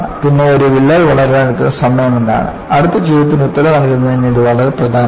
പിന്നെ ഒരു വിള്ളൽ വളരാൻ എടുക്കുന്ന സമയം എന്താണ് അടുത്ത ചോദ്യത്തിന് ഉത്തരം നൽകുന്നതിന് ഇത് വളരെ പ്രധാനമാണ്